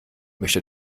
möchte